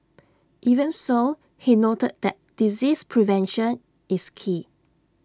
even so he noted that disease prevention is key